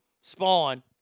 Spawn